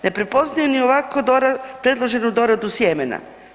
Ne prepoznaju ni ovako predloženu doradu sjemena.